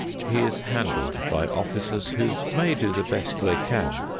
he is handled by officers who may do the best they can,